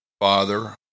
Father